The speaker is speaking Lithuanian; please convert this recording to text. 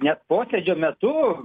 net posėdžio metu